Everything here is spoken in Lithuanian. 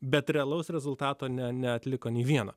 bet realaus rezultato ne neatliko nė vieno